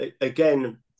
again